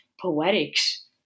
poetics